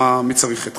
מי צריך אתכם?"